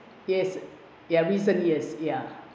yes ya recent years ya